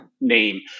name